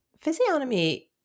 physiognomy